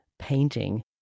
painting